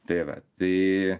tai vat tai